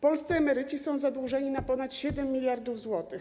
Polscy emeryci są zadłużeni na ponad 7 mld zł.